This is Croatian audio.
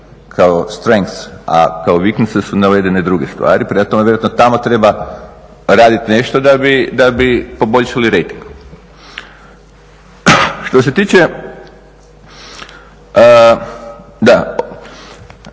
se ne razumije./… su navedene druge stvari. Prema tome, vjerojatno tamo treba raditi nešto da bi poboljšali rejting. Što se tiče, da